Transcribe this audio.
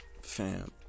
Fam